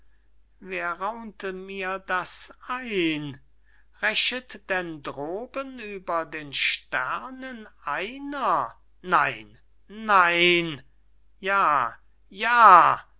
wer raunte mir das ein rächet denn droben über den sternen einer nein nein ja ja